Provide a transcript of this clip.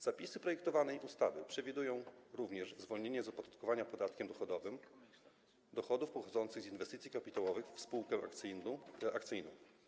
Zapisy projektowanej ustawy przewidują również zwolnienie z opodatkowania podatkiem dochodowym dochodów pochodzących z inwestycji kapitałowych w spółkę akcyjną.